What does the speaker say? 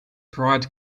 pride